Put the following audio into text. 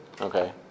Okay